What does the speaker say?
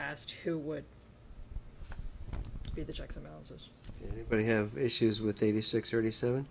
asked who would be the checks and balances it would have issues with eighty six thirty seven